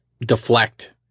deflect